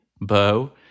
Bo